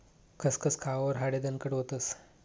खसखस खावावर हाडे दणकट व्हतस